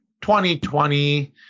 2020